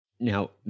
Now